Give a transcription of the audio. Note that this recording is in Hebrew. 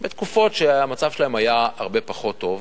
בתקופות שהמצב שלהם היה הרבה פחות טוב,